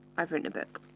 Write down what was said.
i've written a book.